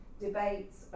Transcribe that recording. debates